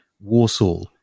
Warsaw